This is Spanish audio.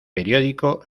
periódico